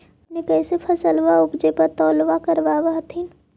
अपने कैसे फसलबा उपजे पर तौलबा करबा होत्थिन?